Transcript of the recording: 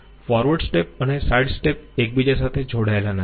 forward step અને side step એકબીજા સાથે જોડાયેલા નથી